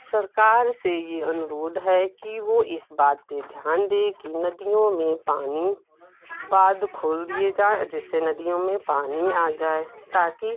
सरकार से ये अनुरोध है कि वो इस बात पर ध्यान दे कि नदियों में पानी बांध खोल दिए जाएँ जिससे नदियों में पानी आ जाए ताकि